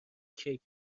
کیک